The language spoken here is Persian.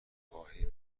خواهی